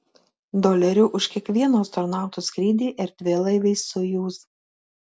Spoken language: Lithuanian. dolerių už kiekvieno astronauto skrydį erdvėlaiviais sojuz